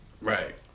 right